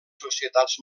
societats